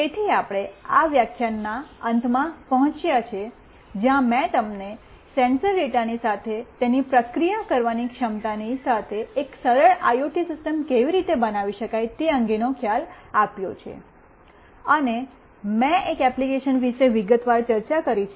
તેથી આપણે આ વ્યાખ્યાનના અંતમાં પહોંચ્યા છે જ્યાં મેં તમને સેન્સર ડેટાની સાથે તેની પ્રક્રિયા કરવાની ક્ષમતાની સાથે એક સરળ આઇઓટી સિસ્ટમ કેવી રીતે બનાવી શકાય તે અંગેનો ખ્યાલ આપ્યો છે અને મેં એક એપ્લિકેશન વિશે વિગતવાર ચર્ચા કરી છે